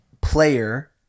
player